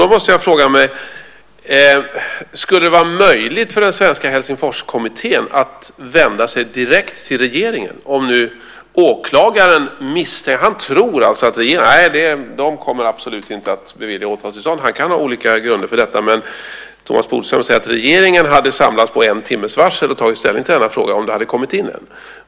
Då måste jag fråga mig: Skulle det vara möjligt för den svenska Helsingforskommittén att vända sig direkt till regeringen? Åklagaren tror alltså att regeringen absolut inte kommer att bevilja åtalstillstånd. Han kan ha olika grunder för detta. Thomas Bodström säger att regeringen hade samlats med en timmes varsel och tagit ställning till denna fråga om den hade kommit in.